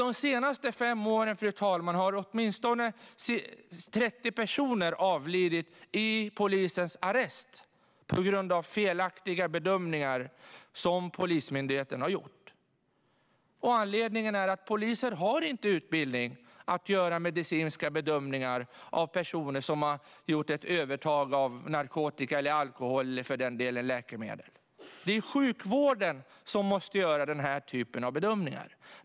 De senaste fem åren har åtminstone 30 personer avlidit i polisens arrest på grund av felaktiga bedömningar som Polismyndigheten har gjort. Anledningen är att poliser inte har utbildning att göra medicinska bedömningar av personer som har gjort ett överintag av narkotika, alkohol eller för den delen läkemedel. Det är sjukvården som måste göra den typen av bedömningar.